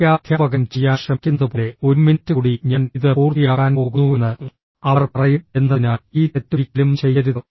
മിക്ക അധ്യാപകരും ചെയ്യാൻ ശ്രമിക്കുന്നതുപോലെ ഒരു മിനിറ്റ് കൂടി ഞാൻ ഇത് പൂർത്തിയാക്കാൻ പോകുന്നുവെന്ന് അവർ പറയും എന്നതിനാൽ ഈ തെറ്റ് ഒരിക്കലും ചെയ്യരുത്